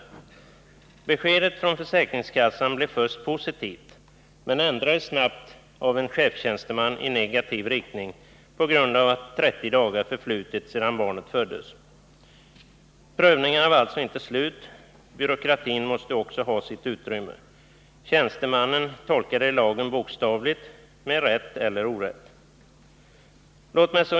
Beskedet från försäkringskassan blev först positivt, men det ändrades snabbt av en chefstjänsteman i negativ riktning på grund av att 30 dagar förflutit sedan barnet föddes. Prövningarna var alltså inte slut. Byråkratin måste också ha sitt utrymme. Tjänstemannen tolkade lagen bokstavligt — med rätt eller orätt.